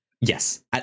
Yes